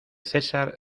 césar